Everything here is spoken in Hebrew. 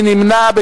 מי נמנע?